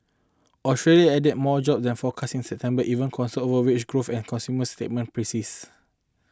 Australia added more job than forecast in September even concerns over wage growth and consumer sentiment persist